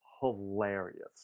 hilarious